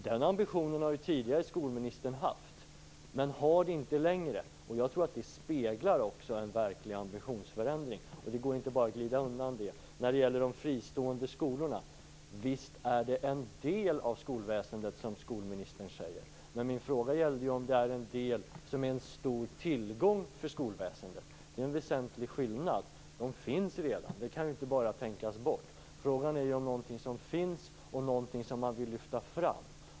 Den ambitionen har ju skolministern tidigare haft, men hon har den inte längre. Jag tror att det också speglar en verklig ambitionsförändring. Det går inte att bara glida undan det. Visst är de fristående skolorna en del av skolväsendet, som skolministern säger, men min fråga gällde ju om de är en del som är en stor tillgång för skolväsendet. Det är en väsentlig skillnad. De finns redan; det kan inte bara tänkas bort. Frågan är om någonting som finns också är någonting som man vill lyfta fram.